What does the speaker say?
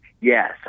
Yes